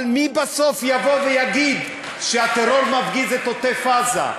אבל מי בסוף יבוא ויגיד שהטרור מפגיז את עוטף-עזה?